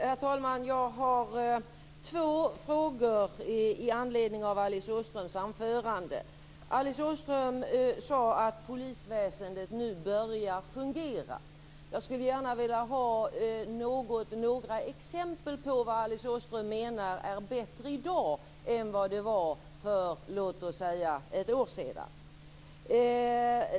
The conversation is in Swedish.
Herr talman! Jag har två frågor i anledning av Alice Åström sade att polisväsendet nu börjar fungera. Jag skulle gärna vilja ha något eller några exempel på vad Alice Åström menar fungerar bättre i dag än vad det gjorde för, låt oss säga, ett år sedan.